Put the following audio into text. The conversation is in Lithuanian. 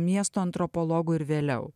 miesto antropologų ir vėliau